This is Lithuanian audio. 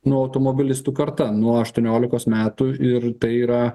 nu automobilistų karta nuo aštuoniolikos metų ir tai yra